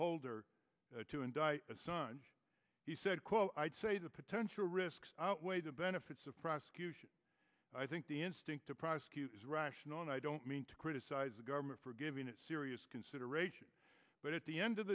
holder to indict a son he said quote i'd say the potential risks outweigh the benefits of prosecution i think the instinct to prosecute is rational and i don't mean to criticize the government for giving it serious consideration but at the end of